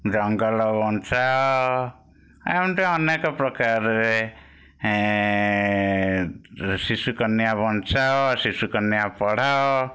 ଜଙ୍ଗଲ ବଞ୍ଚାଅ ଏମତି ଅନେକ ପ୍ରକାରରେ ଶିଶୁ କନ୍ୟା ବଞ୍ଚାଅ ଶିଶୁ କନ୍ୟା ପଢ଼ାଅ